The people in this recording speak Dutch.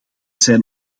zijn